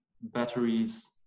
batteries